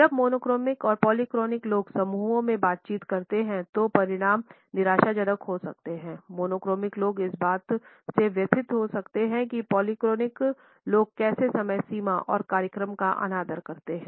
जब मोनोक्रॉनिक और पॉलीफोनिक लोग समूहों में बातचीत करते हैं तो परिणाम निराशाजनक हो सकते हैं मोनोक्रोमिक लोग इस बात से व्यथित हो सकते हैं कि पॉलीफोनिक लोग कैसे समय सीमा और कार्यक्रम का अनादर करते हैं